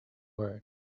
word